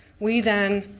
we then.